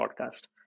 podcast